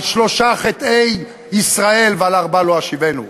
על שלושה חטאי ישראל ועל ארבעה לא אשיבנו.